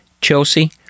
Chelsea